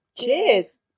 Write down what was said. cheers